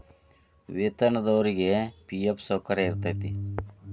ವೇತನದೊರಿಗಿ ಫಿ.ಎಫ್ ಸೌಕರ್ಯ ಇರತೈತಿ